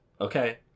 okay